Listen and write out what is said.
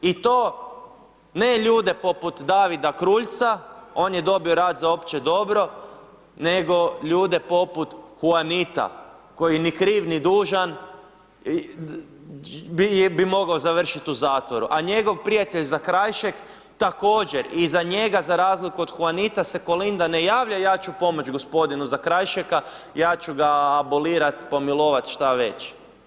I to ne ljude poput Davida Kruljca, on je dobio rad za opće dobro, nego ljude poput Juanita, koji ni kriv ni dužan bi mogao završit u zatvoru a njegov prijatelj Zakrajšek također, i za njega za razliku o Juanita se Kolinda ne javlja, ja ću pomoć g. Zakrajšeka, ja ću ga abolirat, pomilovat, šta već.